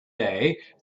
day